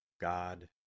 God